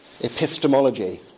epistemology